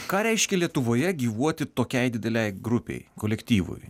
ką reiškia lietuvoje gyvuoti tokiai didelei grupei kolektyvui